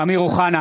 אמיר אוחנה,